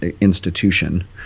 institution